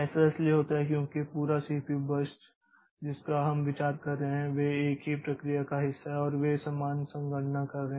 ऐसा इसलिए होता है क्योंकि पूरा सीपीयू बर्स्ट जिसका हम विचार कर रहे हैं वे एक ही प्रक्रिया का हिस्सा हैं और वे समान संगणना कर रहे हैं